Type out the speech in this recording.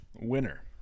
winner